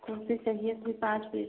उसके चाहिए थे सात पीस